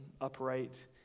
upright